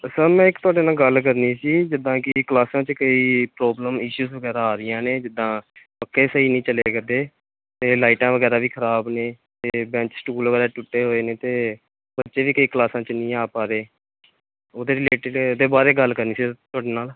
sir ਮੈਂ ਇੱਕ ਤੁਹਾਡੇ ਨਾਲ ਗੱਲ ਕਰਨੀ ਸੀ ਜਿੱਦਾਂ ਕਿ ਕਲਾਸਾਂ 'ਚ ਕਈ ਪ੍ਰੋਬਲਮ ਇਸ਼ੂਸ਼ ਵਗੈਰਾ ਆ ਰਹੀਆਂ ਨੇ ਜਿੱਦਾਂ ਪੱਖੇ ਸਹੀ ਨਹੀਂ ਚੱਲਿਆ ਕਰਦੇ ਅਤੇ ਲਾਈਟਾਂ ਵਗੈਰਾ ਵੀ ਖ਼ਰਾਬ ਨੇ ਅਤੇ ਬੈਂਚ ਸਟੂਲ ਵਗੈਰਾ ਟੁੱਟੇ ਹੋਏ ਨੇ ਅਤੇ ਬੱਚੇ ਵੀ ਕਈ ਕਲਾਸਾਂ 'ਚ ਨਹੀਂ ਆ ਪਾ ਰਹੇ ਉਹਦੇ ਰਿਲੇਟਿਡ ਉਹਦੇ ਬਾਰੇ ਗੱਲ ਕਰਨੀ ਸੀ ਤੁਹਾਡੇ ਨਾਲ